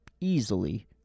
easily